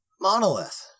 Monolith